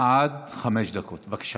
עד חמש דקות, בבקשה.